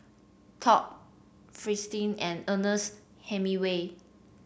Top Fristine and Ernest Hemingway